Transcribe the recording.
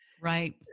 Right